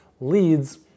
leads